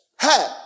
hey